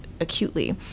acutely